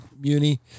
Muni